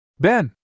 Ben